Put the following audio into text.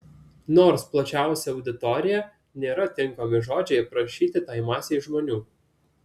nors plačiausia auditorija nėra tinkami žodžiai aprašyti tai masei žmonių